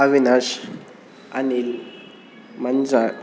Avinash Anil Manja